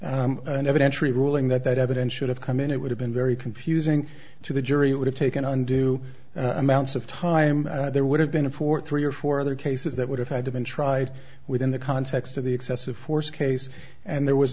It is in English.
evidentiary ruling that that evidence should have come in it would have been very confusing to the jury it would have taken undue amounts of time there would have been a for three or four other cases that would have had to been tried within the context of the yes of force case and there was